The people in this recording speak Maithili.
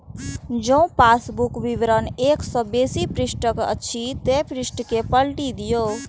जौं पासबुक विवरण एक सं बेसी पृष्ठक अछि, ते पृष्ठ कें पलटि दियौ